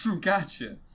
Gotcha